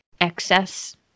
excess